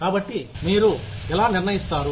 కాబట్టి మీరు ఎలా నిర్ణయిస్తారు